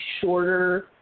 shorter